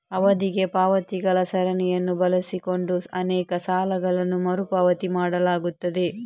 ಅವಧಿಗೆ ಪಾವತಿಗಳ ಸರಣಿಯನ್ನು ಬಳಸಿಕೊಂಡು ಅನೇಕ ಸಾಲಗಳನ್ನು ಮರು ಪಾವತಿ ಮಾಡಲಾಗುತ್ತದೆ